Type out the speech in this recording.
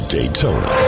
Daytona